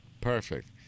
Perfect